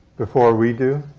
before we do.